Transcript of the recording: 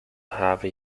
have